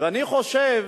ואני חושב